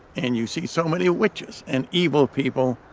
and you see so many witches and evil people,